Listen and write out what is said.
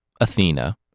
Athena